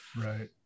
Right